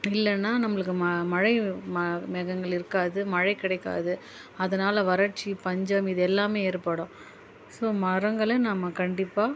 இல்லைனா நம்பளுக்கு ம மழை ம மேகங்கள் இருக்காது மழை கிடைக்காது அதனால் வறட்சி பஞ்சம் இது எல்லாமே ஏற்படும் ஸோ மரங்களை நாம கண்டிப்பாக